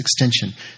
extension